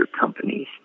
companies